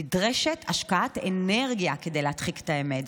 נדרשת השקעת אנרגיה כדי להדחיק את האמת.